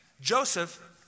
Joseph